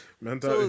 mental